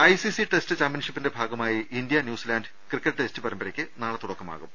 IC test ചാമ്പ്യൻഷിപ്പിന്റെ ഭാഗമായി India New Zealand cricket test പരമ്പരയ്ക്ക് നാളെ തുടക്ക്മാകും